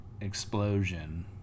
explosion